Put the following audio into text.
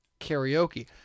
karaoke